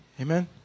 Amen